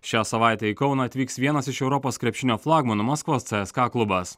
šią savaitę į kauną atvyks vienas iš europos krepšinio flagmanų maskvos cska klubas